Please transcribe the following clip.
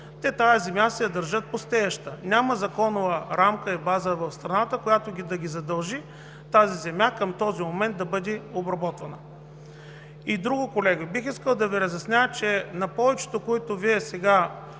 те тази земя си я държат пустееща. Няма законова рамка и база в страната, която да ги задължи тази земя към този момент да бъде обработвана. И друго, колеги. Бих искал да разясня на повечето, които сега